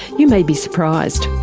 you may be surprised.